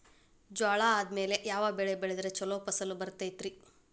ಜ್ವಾಳಾ ಆದ್ಮೇಲ ಯಾವ ಬೆಳೆ ಬೆಳೆದ್ರ ಛಲೋ ಫಸಲ್ ಬರತೈತ್ರಿ?